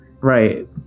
Right